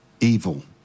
evil